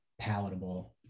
palatable